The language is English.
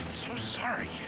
sorry.